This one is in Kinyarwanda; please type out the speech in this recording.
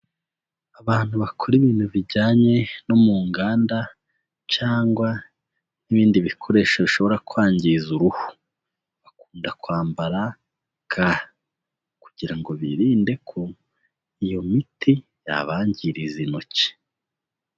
Abantu bakora ibintu bijyanye no mu nganda cyangwa n'ibindi bikoresho bishobora kwangiza uruhu, bakunda kwambara ga kugira ngo birinde ko iyo miti yabangiriza intoki.